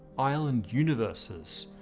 island universes.